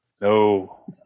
no